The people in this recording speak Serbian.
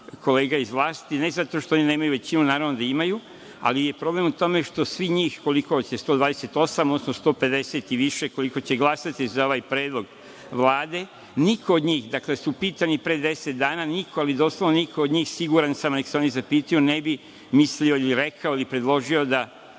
kolega iz vlasti, ne zato što oni nemaju većinum naravno da imaju, ali je problem u tome što svi, koliko vas je 128, odnosno 150 i više, koliko će glasati za ovaj predlog Vlade, niko od njih, koju su pitani pre daset dana, niko od njih, siguran sam, pa nek se oni zapitaju, ne bi mislio, rekao i predložio da